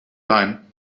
line